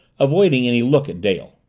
avoiding any look at dale.